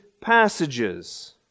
passages